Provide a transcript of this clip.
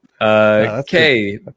Okay